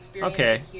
Okay